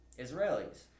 Israelis